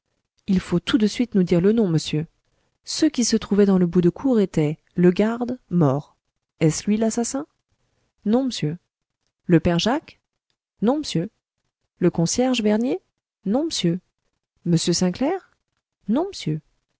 il faut tout de suite nous dire le nom monsieur ceux qui se trouvaient dans le bout de cour étaient le garde mort est-ce lui l'assassin non m'sieur le père jacques non m'sieur le concierge bernier non m'sieur m sainclair non m'sieur